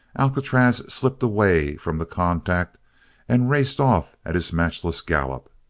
alcatraz slipped away from the contact and raced off at his matchless gallop.